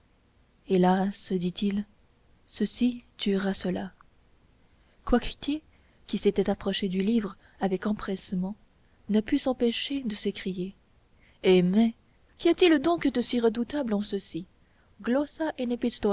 hélas dit-il ceci tuera cela coictier qui s'était approché du livre avec empressement ne put s'empêcher de s'écrier hé mais qu'y a-t-il donc de si redoutable en ceci glossa